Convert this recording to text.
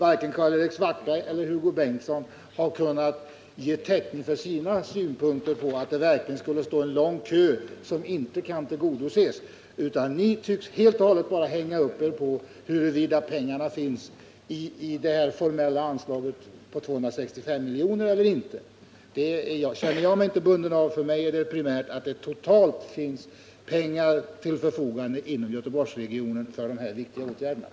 Varken Karl-Erik Svartberg eller Hugo Bengtsson har kunnat ge täckning för sina påståenden att man verkligen har en lång kö, men att önskemålen inte kan tillgodoses. Ni tycks helt och hållet hänga upp er på huruvida pengarna finns i det här formella anslaget på 265 miljoner eller inte. Jag känner mig inte bunden av det, utan för mig är det primära att det totalt sett finns pengar till förfogande inom Göteborgsregionen för dessa viktiga projekt.